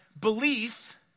belief